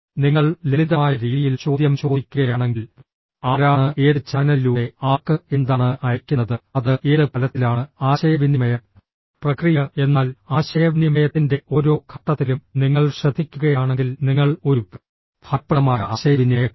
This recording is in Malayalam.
നിങ്ങൾ ലളിതമായ രീതിയിൽ ചോദ്യം ചോദിക്കുകയാണെങ്കിൽ ആരാണ് ഏത് ചാനലിലൂടെ ആർക്ക് എന്താണ് അയയ്ക്കുന്നത് അത് ഏത് ഫലത്തിലാണ് ആശയവിനിമയം പ്രക്രിയ എന്നാൽ ആശയവിനിമയത്തിന്റെ ഓരോ ഘട്ടത്തിലും നിങ്ങൾ ശ്രദ്ധിക്കുകയാണെങ്കിൽ നിങ്ങൾ ഒരു ഫലപ്രദമായ ആശയവിനിമയക്കാരൻ